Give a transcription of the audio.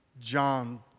John